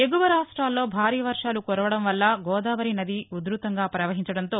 ఎగువ రాష్ట్రాల్లో భారీ వర్షాలు కురవడంవల్ల గోదావరి నది ఉధ్భతంగా ప్రవహించడంతో